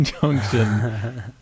Junction